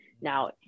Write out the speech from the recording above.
Now